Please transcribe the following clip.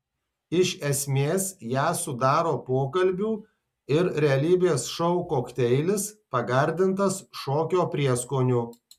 iš esmės ją sudaro pokalbių ir realybės šou kokteilis pagardintas šokio prieskoniu